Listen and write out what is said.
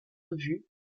revues